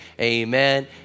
amen